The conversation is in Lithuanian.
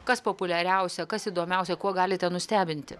kas populiariausia kas įdomiausia kuo galite nustebinti